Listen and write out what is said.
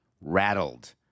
rattled